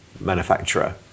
manufacturer